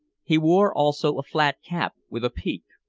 he wore also a flat cap, with a peak.